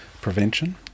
prevention